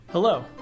Hello